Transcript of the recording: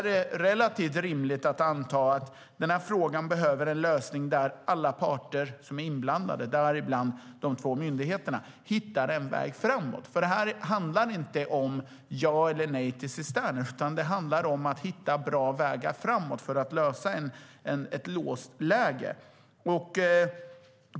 Det är relativt rimligt att anta att den här frågan behöver en lösning där alla inblandade parter, däribland de två myndigheterna, hittar en väg framåt. Det handlar ju inte om ja eller nej till cisterner, utan det handlar om att hitta bra vägar framåt för att lösa ett låst läge.